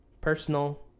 personal